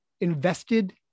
invested